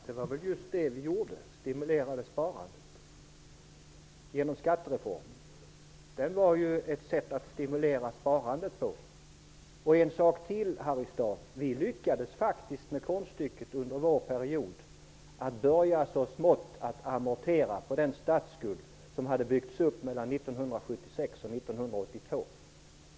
Herr talman! Det var just det vi gjorde. Vi stimulerade sparandet, genom skattereformen. Vi lyckades faktiskt under vår period med konststycket att så smått börja amortera den statsskuld som hade byggts upp mellan 1976 och 1982.